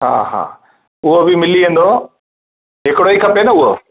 हा हा उहो बि मिली वेंदव हिकिड़ो ई खपे न उहो